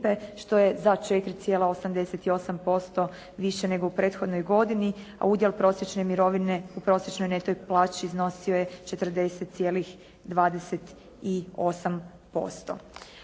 što je za 4,88% više nego u prethodnoj godini, a udjel prosječne mirovine u prosječnoj neto plaći iznosio je 40,28%.